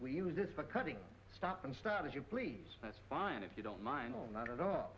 we use this for cutting stock and start as you please that's fine if you don't mind all not at all